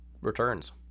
returns